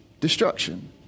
destruction